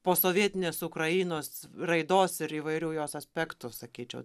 posovietinės ukrainos raidos ir įvairių jos aspektų sakyčiau